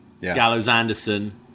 Gallows-Anderson